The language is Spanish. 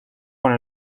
con